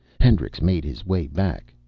hendricks made his way back.